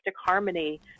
harmony